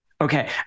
Okay